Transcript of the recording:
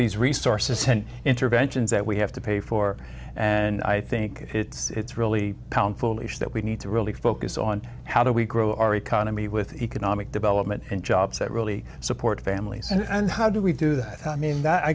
these resources interventions that we have to pay for and i think it's really pound foolish that we need to really focus on how do we grow our economy with economic development and jobs that really support families and how do we do that i mean